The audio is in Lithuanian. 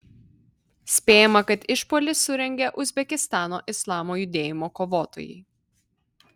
spėjama kad išpuolį surengė uzbekistano islamo judėjimo kovotojai